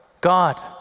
God